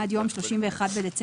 עד יום 31 בדצמבר